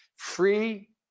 free